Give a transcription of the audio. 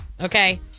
okay